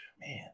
Man